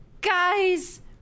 guys